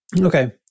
Okay